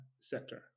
sector